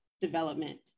development